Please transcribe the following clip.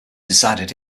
decided